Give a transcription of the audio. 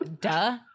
Duh